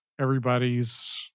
everybody's